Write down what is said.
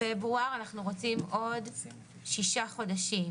באב התשפ"ג (1 באוגוסט 2023)."